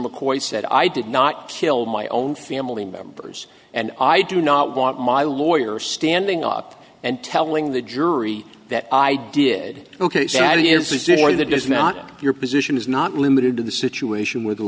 mccoy said i did not kill my own family members and i do not want my lawyer standing up and telling the jury that i did ok so that is it or that is not your position is not limited to the situation with